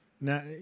Now